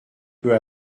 peu